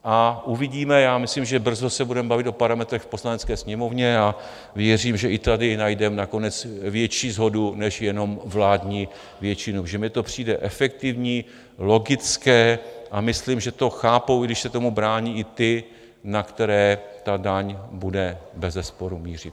A uvidíme, já myslím, že brzo se budeme bavit o parametrech v Poslanecké sněmovně a věřím, že i tady najdeme nakonec větší shodu než jenom vládní většinu, protože mi to přijde efektivní, logické a myslím, že to chápou, když se tomu brání, i ti, na které ta daň bude bezesporu mířit.